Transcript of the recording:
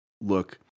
look